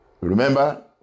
Remember